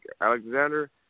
Alexander